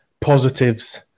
positives